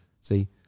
see